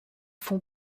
font